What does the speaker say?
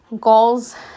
goals